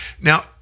Now